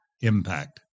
Impact